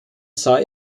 sah